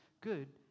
good